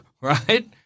right